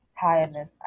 tiredness